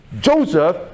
joseph